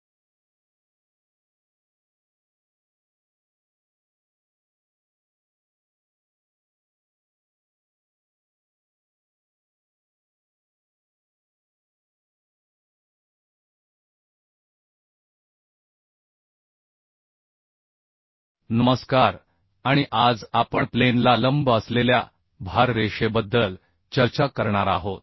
नमस्कार आणि आज आपण प्लेन ला लंब असलेल्या भार रेषेबद्दल चर्चा करणार आहोत